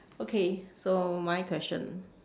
okay so my question